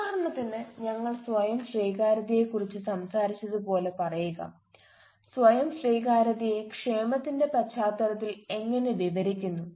ഉദാഹരണത്തിന് ഞങ്ങൾ സ്വയം സ്വീകാര്യതയെക്കുറിച്ച് സംസാരിച്ചതുപോലെ പറയുക സ്വയം സ്വീകാര്യതയെ ക്ഷേമത്തിന്റെ പശ്ചാത്തലത്തിൽ എങ്ങനെ വിവരിക്കുന്നു